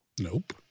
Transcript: Nope